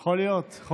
יכול להיות.